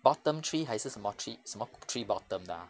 bottom tree 还是什么 tree 什么 tree bottom 的 ah